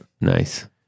nice